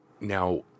Now